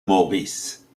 maurice